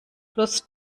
plus